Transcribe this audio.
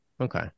Okay